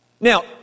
Now